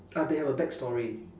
ah they have a backstory